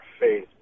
faith